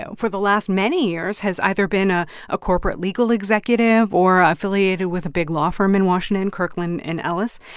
so for the last many years, has either been ah a corporate legal executive or affiliated with a big law firm in washington, kirkland and ellis.